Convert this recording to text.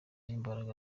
imbaraga